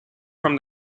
from